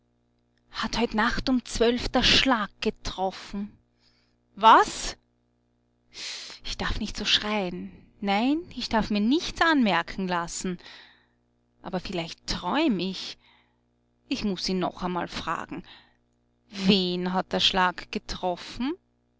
hat heut nacht um zwölf der schlag getroffen was ich darf nicht so schreien nein ich darf mir nichts anmerken lassen aber vielleicht träum ich ich muß ihn noch einmal fragen wen hat der schlag getroffen